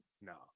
No